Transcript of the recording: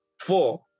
four